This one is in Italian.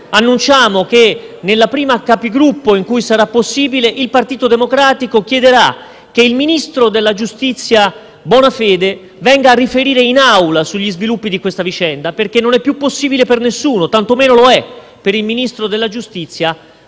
annunciamo che nella prima Conferenza dei Capigruppo in cui sarà possibile il Partito Democratico chiederà che il ministro della giustizia Bonafede venga a riferire in Aula sugli sviluppi di questa vicenda. Non è più possibile per nessuno, tantomeno per il Ministro della giustizia